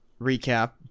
recap